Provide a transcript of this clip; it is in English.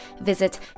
visit